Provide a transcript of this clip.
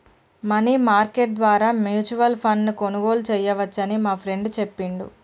money market ద్వారా mutual ఫండ్ను కొనుగోలు చేయవచ్చని మా ఫ్రెండు చెప్పిండు